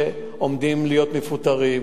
שעומדים להיות מפוטרים,